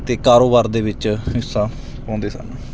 ਅਤੇ ਕਾਰੋਬਾਰ ਦੇ ਵਿੱਚ ਹਿੱਸਾ ਪਾਉਂਦੇ ਸਨ